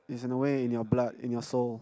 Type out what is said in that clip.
it's in a way in your blood in your soul